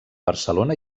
barcelona